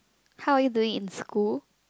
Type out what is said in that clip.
how are you doing in school